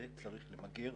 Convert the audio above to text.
את זה צריך למגר,